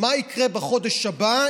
מה יקרה בחודש הבא,